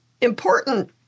important